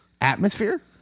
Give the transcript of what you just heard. atmosphere